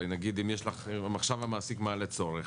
הרי נגיד אם המעסיק מעלה עכשיו צורך,